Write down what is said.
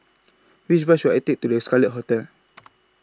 Which Bus should I Take to The Scarlet Hotel